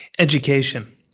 Education